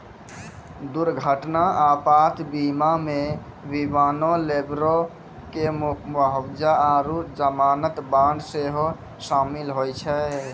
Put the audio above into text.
दुर्घटना आपात बीमा मे विमानो, लेबरो के मुआबजा आरु जमानत बांड सेहो शामिल होय छै